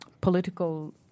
political